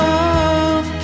Love